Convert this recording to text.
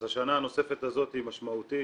אז השנה הנוספת הזאת היא משמעותית,